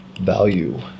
value